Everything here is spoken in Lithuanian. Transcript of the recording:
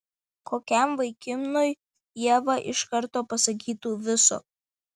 kokiam vaikinui ieva iš karto pasakytų viso